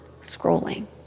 scrolling